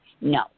No